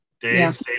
Dave